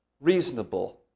reasonable